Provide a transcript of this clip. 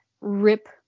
rip